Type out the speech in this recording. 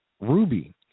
Ruby